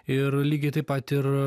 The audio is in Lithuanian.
ir lygiai taip pat ir